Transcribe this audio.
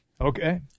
Okay